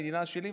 המדינה שלי,